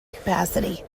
capacity